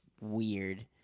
weird